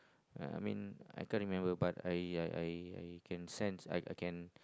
ya I mean I can't remember but I I I can sense I I can